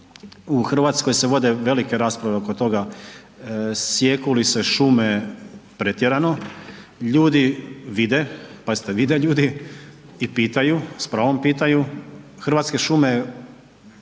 u Hrvatskoj se vode velike rasprave oko toga sijeku li se šume pretjerano, ljudi vide, pazite vide ljudi, i pitaju, s pravom pitaju, Hrvatske šume